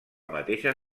mateixa